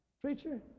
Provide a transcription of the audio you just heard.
preacher